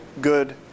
good